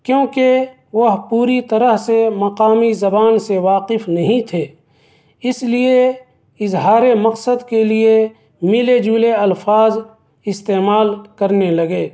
کیونکہ وہ پوری طرح سے مقامی زبان سے واقف نہیں تھے اس لیے اظہار مقصد کے لیے ملے جلے الفاظ استعمال کرنے لگے